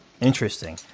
Interesting